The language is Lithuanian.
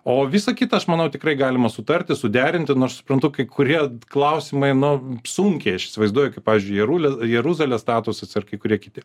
o visa kita aš manau tikrai galima sutarti suderinti na aš suprantu kai kurie klausimai nu sunkiai aš įsivaizduoju kaip pavyzdžiui jaruli jeruzalės statusas ar kai kurie kiti